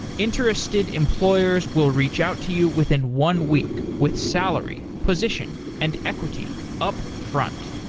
interested employers will reach out to you within one week with salary, position, and equity up front.